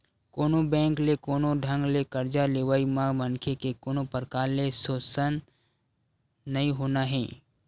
कोनो बेंक ले कोनो ढंग ले करजा लेवई म मनखे के कोनो परकार ले सोसन नइ होना हे